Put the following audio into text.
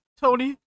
Tony